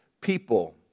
people